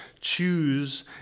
choose